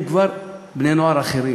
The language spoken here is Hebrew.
הם כבר בני-נוער אחרים.